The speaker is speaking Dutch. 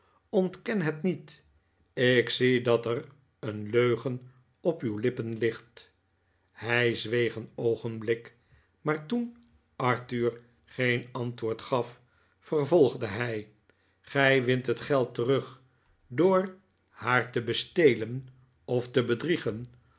ontken het niet ik zie dat er een leugen op uw lippen ligt hij zweeg een oogenblik maar toen arthur geen antwoord gaf vervolgde hij gij wint het geld terug door haar te bestelen of te bedriegen